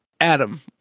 Adam